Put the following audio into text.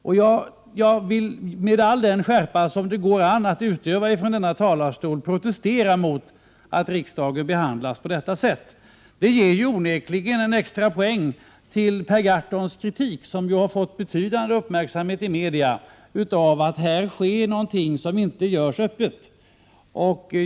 Jag vill med all den skärpa som det går an att utöva från denna talarstol protestera mot att riksdagen behandlas på detta sätt. Det ger onekligen en extra poäng till Per Gahrtons kritik, som har fått betydande uppmärksamhet i media, av att här sker någonting som inte görs öppet.